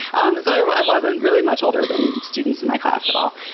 um so i wasn't really much older than students in my class at all.